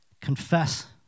Confess